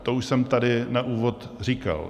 To už jsem tady na úvod říkal.